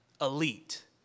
elite